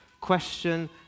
question